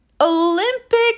Olympic